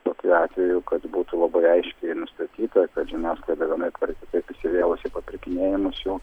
tokiu atveju kad būtų labai aiškiai nustatyta kad žiniasklaida vienaip ar kitaip įsivėlusi į papirkinėjimus jo